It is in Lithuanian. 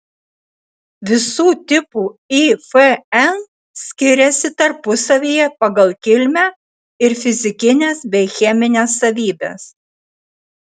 visų tipų ifn skiriasi tarpusavyje pagal kilmę ir fizikines bei chemines savybes